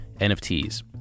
NFTs